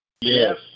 Yes